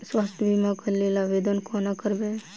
स्वास्थ्य बीमा कऽ लेल आवेदन कोना करबै?